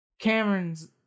Cameron's